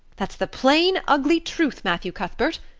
that's the plain, ugly truth, matthew cuthbert,